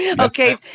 Okay